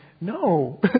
No